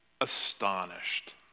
astonished